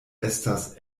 estas